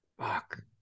Fuck